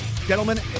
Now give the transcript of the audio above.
Gentlemen